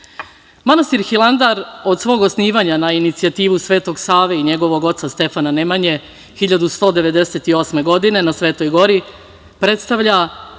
Hilandar od osnivanja na inicijativu Svetog Save i njegovog oca Stefana Nemanje 1198. godine na Svetoj Gori predstavlja